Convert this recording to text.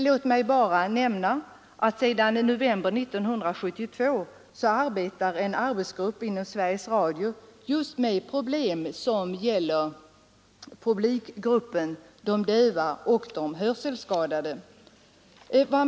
Låt mig nämna att sedan november 1972 finns en arbetsgrupp inom Sveriges Radio som arbetar med problemen för den publikgrupp som är döv eller hörselskadad.